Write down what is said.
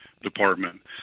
department